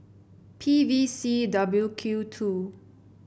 P V C W Q two